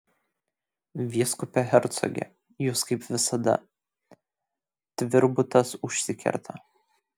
vyskupe hercoge jūs kaip visada tvirbutas užsikerta